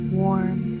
warm